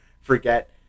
forget